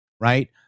right